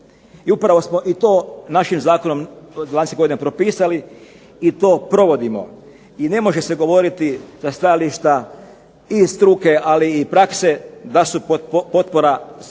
I upravo smo i to našim zakonom prije 20 propisali i to provodimo. I ne može se govoriti da stajališta i struke ali i prakse da su potpora u